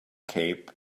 cape